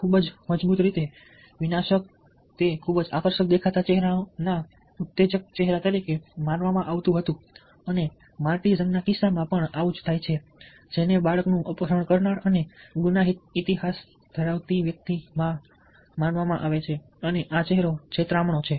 ખૂબ જ મજબૂત રીતે વિનાશક તે ખૂબ જ આકર્ષક દેખાતા ચહેરાના ઉત્તેજક ચહેરા તરીકે માનવામાં આવતું હતું અને માર્ટિઝન ના કિસ્સામાં પણ આવું જ થાય છે જેને બાળકનું અપહરણ કરનાર અને ગુનાહિત ઇતિહાસ ધરાવતી વ્યક્તિ પણ માનવામાં આવે છે અને આ ચહેરો છેતરામણો છે